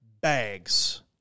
bags